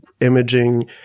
imaging